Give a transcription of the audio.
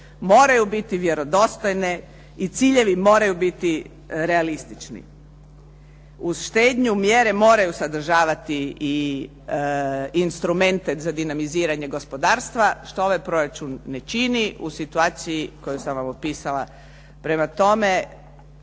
moraju biti vjerodostojne i ciljevi moraju biti realistični. Uz štednju mjere moraju sadržavati i instrumente za dinamiziranje gospodarstva, što ovaj proračun ne čini u situaciji koju sam vam opisala. Prema tome,